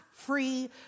Free